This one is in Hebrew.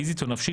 פיזית או נפשית,